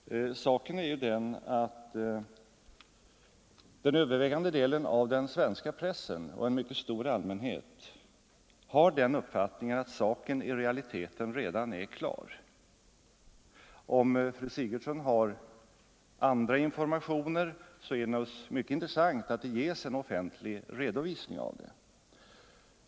Herr talman! Saken är den att den övervägande delen av den svenska pressen och en mycket stor allmänhet har uppfattningen att frågan i realiteten redan är klar. Om fru Sigurdsen har andra informationer vore det naturligtvis mycket intressant att det gavs en offentlig redovisning av dessa.